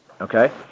Okay